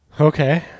Okay